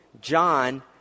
John